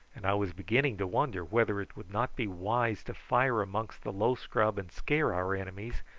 and i was beginning to wonder whether it would not be wise to fire amongst the low scrub and scare our enemies,